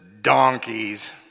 donkeys